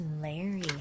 Larry